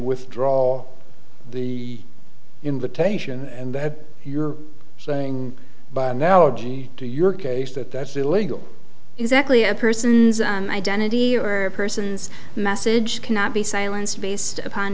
withdraw the invitation and that you're saying by analogy to your case that that's illegal exactly a person's identity or person's message cannot be silenced based upon